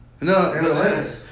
No